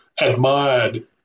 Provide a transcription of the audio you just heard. admired